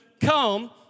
come